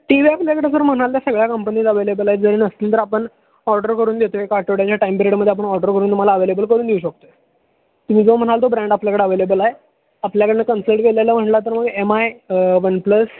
T V आपल्याकडे जर म्हणाल तर सगळ्या कंपनीज अव्हेलेबल आहेत जरी नसतील तर आपण ऑर्डर करून देतो एका आठवड्याच्या टाईम पिरियडमध्ये आपण ऑर्डर करून तुम्हाला अवेलेबल करून देऊ शकतो आहे तुम्ही जो म्हणाल तो ब्रँड आपल्याकडे अवेलेबल आहे आपल्याकडून कन्सल्ट केलेलं म्हटलं तर मग एम आय वनप्लस